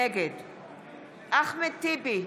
נגד אחמד טיבי,